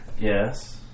Yes